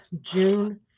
June